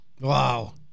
Wow